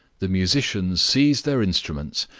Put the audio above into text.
the musicians seized their instruments,